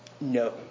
No